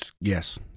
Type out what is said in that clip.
Yes